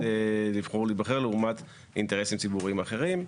לבחור ולהיבחר לעומת אינטרסים ציבוריים אחרים.